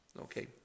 okay